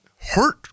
hurt